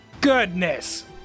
Goodness